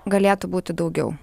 galėtų būti daugiau